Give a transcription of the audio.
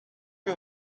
you